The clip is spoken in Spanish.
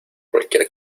cualquier